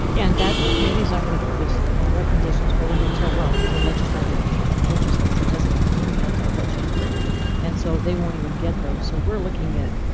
and that committee is not going to put those recommendations forward until, well, the legislator legislature doesn't convene again till what january and so they won't even get those. so we're looking at.